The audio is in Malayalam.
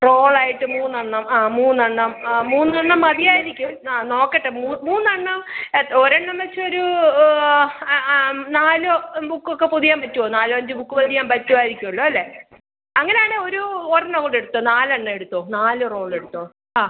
റോളായിട്ട് മൂന്നെണ്ണം ആ മൂന്നെണ്ണം ആ മൂന്നെണ്ണം മതിയായിരിക്കും ആ നോക്കട്ടെ മൂന്നെണ്ണം ഒരെണ്ണം വച്ച് ഒരു നാല് ബുക്കൊക്കെ പൊതിയാൻ പറ്റോ നാലോ അഞ്ച് ബുക്ക് പൊതിയാൻ പറ്റുമായിരിക്കുമല്ലോ അല്ലേ അങ്ങനെയാണെങ്കിൽ ഒരു ഒരെണ്ണം കൂടെ എടുത്തോ നാലെണ്ണം എടുത്തോ നാല് റോളെടുത്തോ ആ